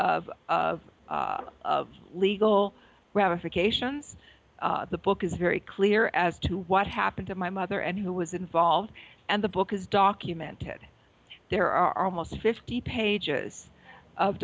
fear of of of legal ramifications the book is very clear as to what happened to my mother and who was involved and the book is documented there are almost fifty pages of